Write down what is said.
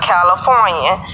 California